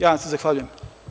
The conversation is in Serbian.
Ja vam se zahvaljujem.